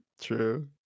True